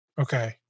Okay